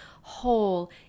whole